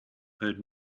heard